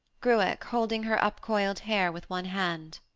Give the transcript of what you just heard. gruach, holding her upcoiled hair with one hand.